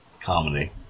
comedy